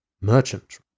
merchant